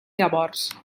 llavors